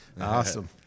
Awesome